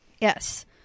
yes